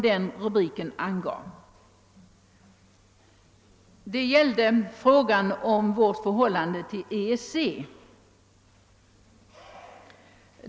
Artikeln handlade om vårt förhållande till EEC.